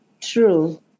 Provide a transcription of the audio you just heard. True